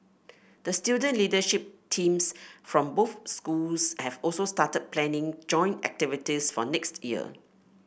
the student leadership teams from both schools have also started planning joint activities for next year